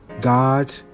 God